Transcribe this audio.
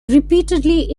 repeatedly